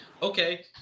Okay